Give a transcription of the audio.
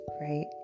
right